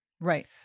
Right